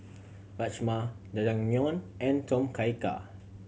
Rajma Jajangmyeon and Tom Kha Gai